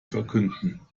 verkünden